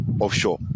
offshore